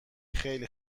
خیلی